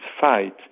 fight